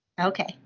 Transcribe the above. okay